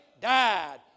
died